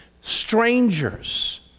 strangers